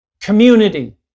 community